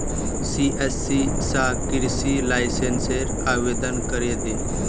CSC स कृषि लाइसेंसेर आवेदन करे दे